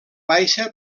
baixa